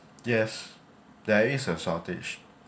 yes there is a shortage